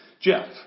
Jeff